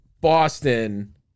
Boston